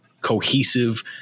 cohesive